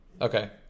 Okay